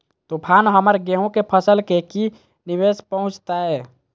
तूफान हमर गेंहू के फसल के की निवेस पहुचैताय?